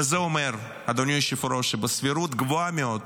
וזה אומר, אדוני היושב-ראש, שבסבירות גבוהה מאוד